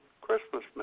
Christmas